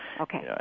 Okay